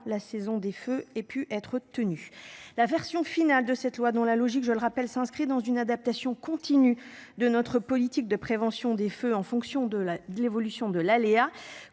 la saison des feux et pu être tenu. La version finale de cette loi dont la logique, je le rappelle, s'inscrit dans une adaptation continue de notre politique de prévention des feux en fonction de la, de l'évolution de l'aléa